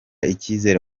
icyizere